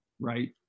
right